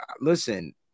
listen